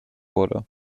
wurde